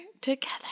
together